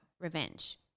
revenge